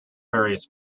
various